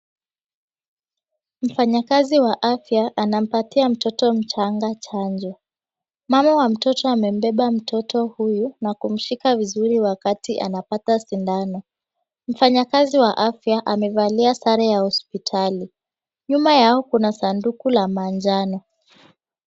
Mfanyakazi wa afya anampatia mtoto mchanga chanjo, mama wa mtoto amembeba mtoto huyu na kumshika vizuri wakati anapata sindano. Mfanyakazi wa afya amevalia sare ya hosipitali nyuma yao kuna sanduku la manjano.